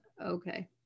okay